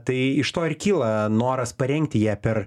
tai iš to ir kyla noras parengti ją per